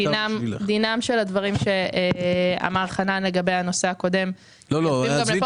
דינם של הדברים שאמר חנן לגבי הנושא הקודם נכון גם פה.